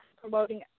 promoting